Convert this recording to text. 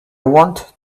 want